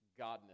godness